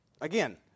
Again